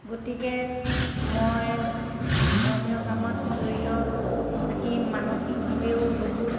গতিকে মই ধৰ্মীয় কামত জড়িত থাকি মানসিকভাৱেও বহুত